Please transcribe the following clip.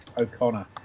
o'connor